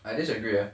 I disagree eh